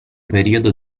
periodo